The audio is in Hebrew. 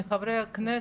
מחברי הכנסת,